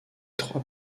trois